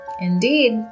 Indeed